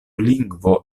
lingvo